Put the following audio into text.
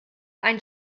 ein